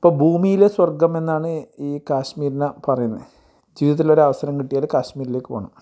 അപ്പം ഭൂമീലെ സ്വർഗ്ഗം എന്നാണ് ഈ കാശ്മീരിനെ പറയുന്നത് ജീവിതത്തിലൊരവസരം കിട്ടിയാൽ കാശ്മീരിലേക്ക് പോകണം